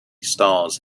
stars